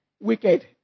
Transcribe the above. wicked